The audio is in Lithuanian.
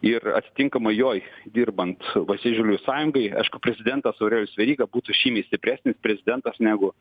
ir atitinkamai joj dirbant valstiečių žaliųjų sąjungai aišku prezidentas aurelijus veryga būtų žymiai stipresnis prezidentas negu